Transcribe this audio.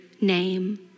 name